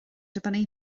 dibynnu